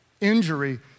injury